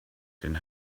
den